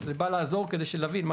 זה בא לעזור כדי להבין.